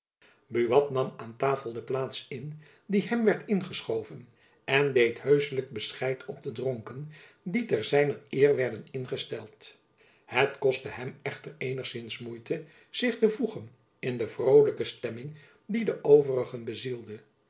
buat nam aan tafel de plaats in die hem werd jacob van lennep elizabeth musch ingeschoven en deed heuschelijk bescheid op de dronken die ter zijner eer werden ingesteld het kostte hem echter eenigzins moeite zich te voegen in de vrolijke stemming die de overigen bezielde